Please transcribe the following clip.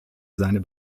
seine